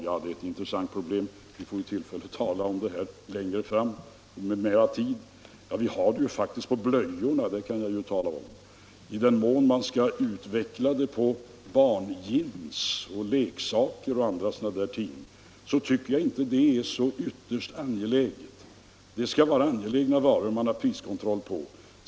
Ja, det är ett intressant problem — vi får ju tillfälle att tala om det längre fram då vi har mera tid. Ja, vi har priskontroll på blöjorna! Det kan jag tala om. Att utvidga den att gälla barnjeans, leksaker och liknande ting tycker jag inte är så ytterst angeläget. Det skall vara angelägna varor man har priskontroll på.